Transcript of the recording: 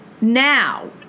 now